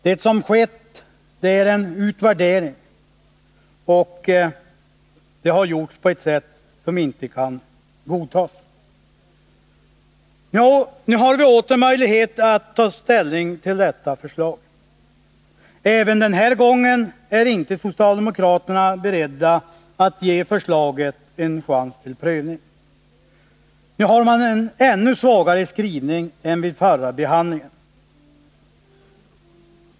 Det som har skett är en utvärdering, och den har gjorts på ett sätt som inte kan godtas. Nu har vi åter möjlighet att ta ställning till detta förslag. Även den här gången är inte socialdemokraterna beredda att ge förslaget en chans till prövning. Nu har man en ännu svagare skrivning än vid förra behandlingen.